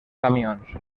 camions